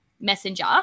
Messenger